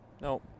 no